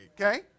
Okay